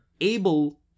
able